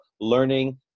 learning